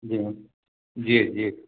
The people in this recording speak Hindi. जी हाँ जी जी